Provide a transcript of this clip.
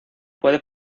puede